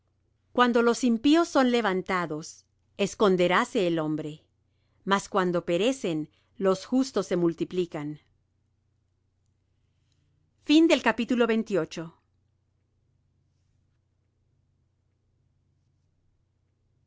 cuando los impíos son levantados esconderáse el hombre mas cuando perecen los justos se multiplican el